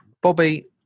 Bobby